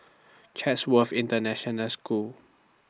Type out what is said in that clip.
Chatsworth International School